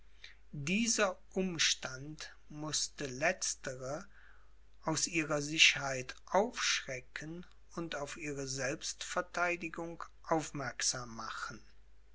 dieser umstand mußte letztere aus ihrer sicherheit aufschrecken und auf ihre selbstverteidigung aufmerksam machen